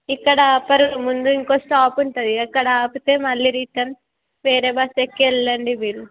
ఇక్కడ ఆపరు ముందు ఇంకో స్టాప్ ఉంటుంది అక్కడ ఆపితే మళ్ళీ రిటర్న్ వేరే బస్ ఎక్కి వెళ్ళండి మీరు